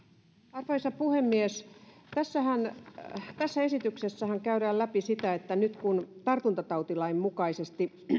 arvoisa puhemies tässä esityksessähän käydään läpi sitä että nyt kun tartuntatautilain mukaisesti